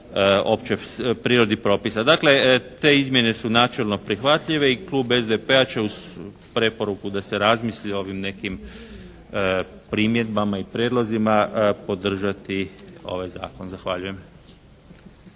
općoj prirodi propisa. Dakle te izmjene su načelno prihvatljive i Klub SDP-a će uz preporuku da se razmisli o nekim primjedbama i prijedlozima podržati ovaj zakon. Zahvaljujem.